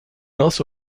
also